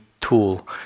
tool